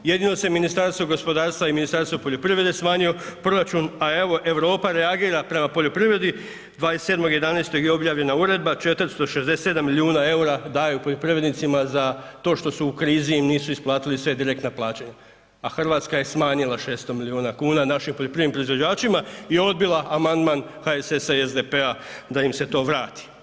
Jedino se Ministarstvo gospodarstva i Ministarstvo poljoprivrede smanjio proračun, a evo, Europa reagira prema poljoprivredi, 27.11. je objavljena uredba, 467 milijuna eura daju poljoprivrednicima za to što su u krizi i nisu im isplatili sve direktna plaćanja, a Hrvatska je smanjila 600 milijuna kuna našim poljoprivrednim proizvođačima i odbila amandman HSS-a i SDP-a da im se to vrati.